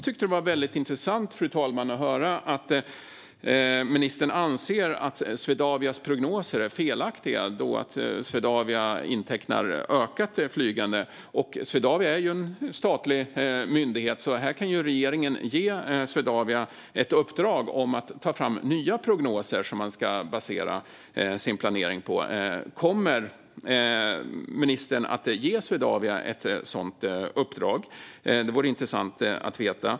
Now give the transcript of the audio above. Det var väldigt intressant, fru talman, att höra att ministern anser att Swedavias prognoser är felaktiga när Swedavia intecknar ett ökat flygande. Swedavia är ju en statlig myndighet, så här kan regeringen ge Swedavia i uppdrag att ta fram nya prognoser att basera sin planering på. Kommer ministern att ge Swedavia ett sådant uppdrag? Det vore intressant att veta.